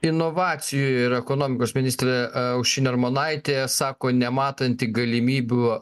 inovacijų ir ekonomikos ministrė aušrinė armonaitė sako nematanti galimybių